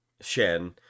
Shen